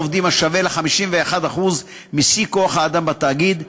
עובדים השווה ל-51% משיא כוח-האדם בתאגיד,